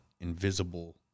invisible